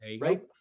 right